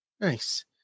nice